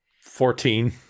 Fourteen